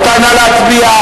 רבותי, נא להצביע.